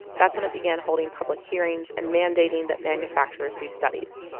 that's when it began holding public hearings and mandating that manufacturers do studies.